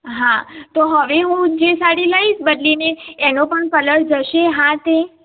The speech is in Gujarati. હા તો હવે હું જે સાડી લઈશ બદલીને એનો પણ કલર જશે હા તે